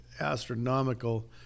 astronomical